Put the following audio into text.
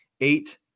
eight